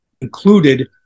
included